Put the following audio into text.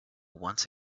once